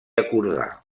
acordar